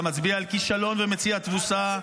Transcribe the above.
אתה מצביע על כישלון ומציע תבוסה,